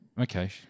Okay